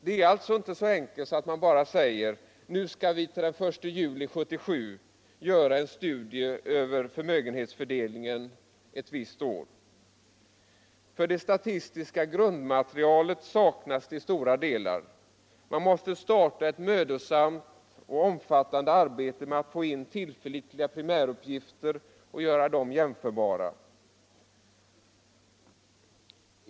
Det är alltså inte så enkelt att man bara säger: Nu skall vi till den 1 juli 1977 göra en studie över hur förmögenhetsfördelningen var ett visst år. Det statistiska grundmaterialet saknas nämligen till stora delar. Man måste starta ett mödosamt och omfattande arbete med att få in tillförlitliga primäruppgifter och göra dem jämförbara.